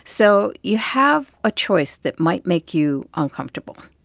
so you have a choice that might make you uncomfortable.